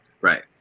Right